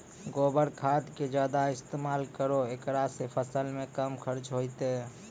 गोबर खाद के ज्यादा इस्तेमाल करौ ऐकरा से फसल मे कम खर्च होईतै?